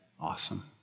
awesome